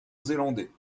zélandais